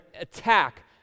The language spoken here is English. attack